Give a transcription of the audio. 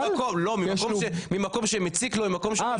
לא ממקום שמציק לו -- אה,